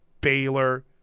Baylor